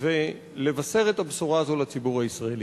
ולבשר את הבשורה הזאת לציבור הישראלי.